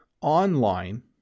online